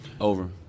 over